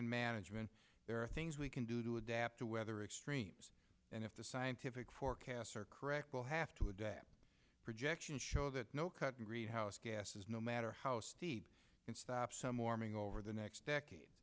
and management there are things we can do to adapt to weather extremes and if the scientific forecasts are correct we'll have to adapt projections show that no cutting greenhouse gases no matter how steep and stop over the next decade